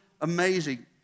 amazing